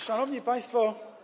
Szanowni Państwo!